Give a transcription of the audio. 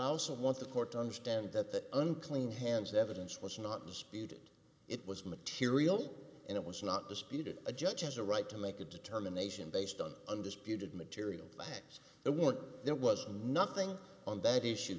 i also want the court to understand that unclean hands evidence was not disputed it was material and it was not disputed a judge has a right to make a determination based on undisputed material facts they want there was nothing on that issue